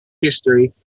history